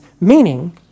meaning